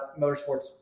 motorsports